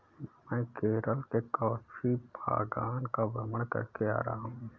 मैं केरल के कॉफी बागान का भ्रमण करके आ रहा हूं